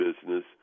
business